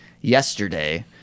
yesterday